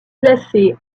classer